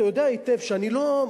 אתה יודע היטב שאני לא,